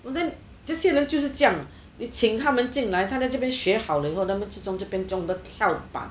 well then 这些人就是这样你请他们进来他在这边学好了以后他们之中就变成了跳板